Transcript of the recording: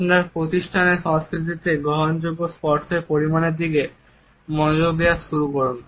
আপনার প্রতিষ্ঠানের সংস্কৃতিতে গ্রহণযোগ্য স্পর্শের পরিমাণের দিকে মনোযোগ দেওয়া শুরু করুন